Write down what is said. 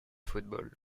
football